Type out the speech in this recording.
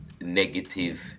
negative